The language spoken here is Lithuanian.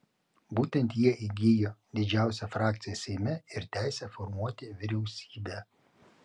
būtent jie įgijo didžiausią frakciją seime ir teisę formuoti vyriausybę